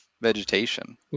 vegetation